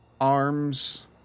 arms